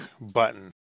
button